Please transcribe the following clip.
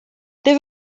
there